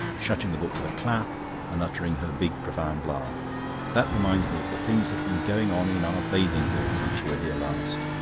shutting the book with a clap and uttering her big profound laugh that reminds me of the things that have been going on in our bathing-pool since you were here last.